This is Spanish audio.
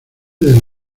del